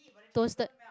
toasted